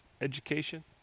education